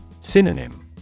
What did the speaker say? Synonym